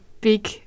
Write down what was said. big